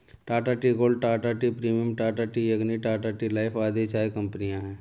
Tata tea gold, Tata tea premium, Tata tea Agni, Tata tea life आदि चाय कंपनियां है